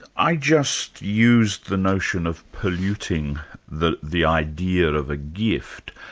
i just used the notion of polluting the the idea of a gift.